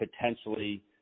potentially